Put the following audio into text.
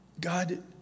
God